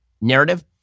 narrative